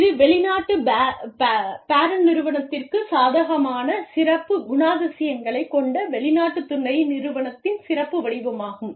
இது வெளிநாட்டு பேரண்ட் நிறுவனத்திற்குச் சாதகமான சிறப்புக் குணாதிசயங்களைக் கொண்ட வெளிநாட்டுத் துணை நிறுவனத்தின் சிறப்பு வடிவமாகும்